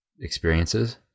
experiences